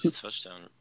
touchdown